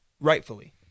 rightfully